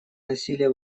насилия